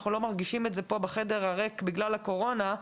אנחנו לא מרגישים את זה פה בחדר הריק בגלל הקורונה,